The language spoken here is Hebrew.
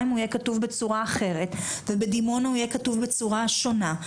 הוא יהיה כתוב בצורה אחרת ובדימונה הוא יהיה כתוב בצורה שונה.